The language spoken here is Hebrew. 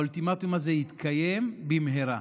האולטימטום הזה יתקיים במהרה.